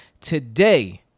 Today